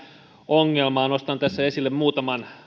ongelmaa nostan tässä esille muutaman